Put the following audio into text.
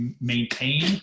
maintain